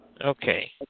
Okay